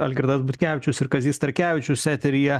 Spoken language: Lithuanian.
algirdas butkevičius ir kazys starkevičius eteryje